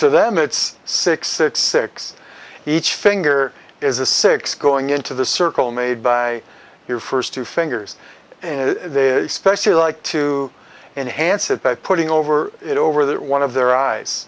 to them it's six six six each finger is a six going into the circle made by your first two fingers in a special like to enhance it by putting over it over that one of their eyes